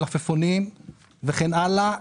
את המלפפונים וכן הלאה,